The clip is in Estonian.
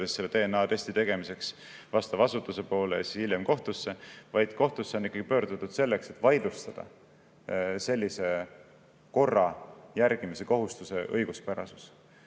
pöördudes DNA-testi tegemiseks vastava asutuse poole ja hiljem kohtusse, vaid kohtusse pöördumiseks, et vaidlustada sellise korra järgimise kohustuse õiguspärasus.